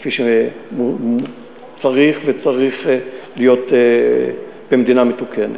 כפי שצריך להיות במדינה מתוקנת.